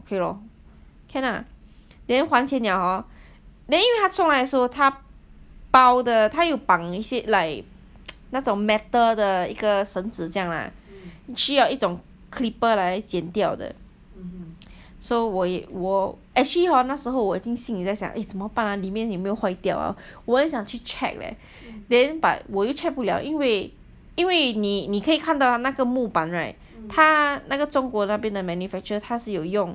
我就 orh okay lor can lah then 还钱了 hor then 又他送来的时候他包的他有绑一些 like 那种 metal 的一个绳子这样 lah 需有一种 clipper 来剪掉的 so 我 actually hor 那时候我心里在想 eh 怎么办 ah 里面有没有坏掉 ah 我也想去 check leh 但是我也 check 不了因为因为你你可以看到那个木板 right 他那个中国那边的 manufacturer 他是有用